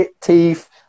teeth